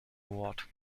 award